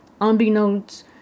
unbeknownst